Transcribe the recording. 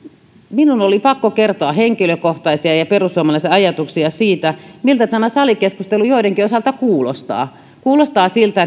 minun oli pakko kertoa henkilökohtaisia ja perussuomalaisia ajatuksia siitä miltä tämä salikeskustelu joidenkin osalta kuulostaa kuulostaa siltä